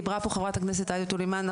דיברה פה חברת הכנסת עאידה תומא סלימאן,